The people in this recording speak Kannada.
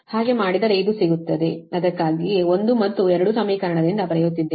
ಹಾಗೆ ಮಾಡಿದರೆ ಇದು ಸಿಗುತ್ತದೆ ಅದಕ್ಕಾಗಿಯೇ 1 ಮತ್ತು 2 ಸಮೀಕರಣದಿಂದ ಬರೆಯುತ್ತಿದ್ದೇನೆ